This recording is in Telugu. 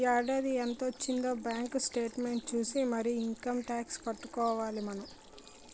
ఈ ఏడాది ఎంత వొచ్చిందే బాంకు సేట్మెంట్ సూసి మరీ ఇంకమ్ టాక్సు కట్టుకోవాలి మనం